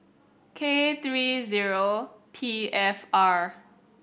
K three zero P F R